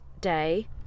day